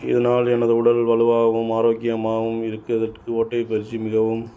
இதனால் எனது உடல் வலுவாகவும் ஆரோக்கியமாகவும் இருக்கிறதுக்கு ஓட்டப்பயிற்சி மிகவும்